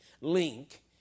link